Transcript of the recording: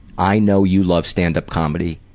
i know you love stand-up comedy.